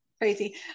crazy